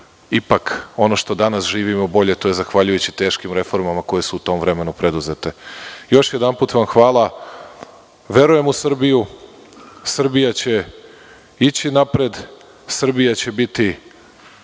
ipak, danas živimo bolje zahvaljujući teškim reformama koje su u tom vremenu preduzete. Još jedanput, hvala. Verujem u Srbiju. Srbija će ići napred. Srbija će biti